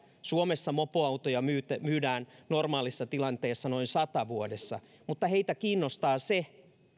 suomessa mopoautoja myydään myydään normaalissa tilanteessa noin sata vuodessa mutta heitä kiinnostaa se